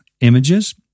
Images